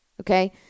Okay